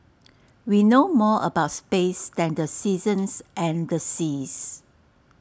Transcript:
we know more about space than the seasons and the seas